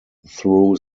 through